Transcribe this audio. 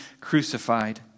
crucified